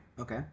Okay